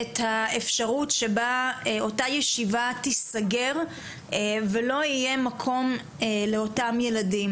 את האפשרות שבה אותה ישיבה תיסגר ולא יהיה מקום לאותם ילדים,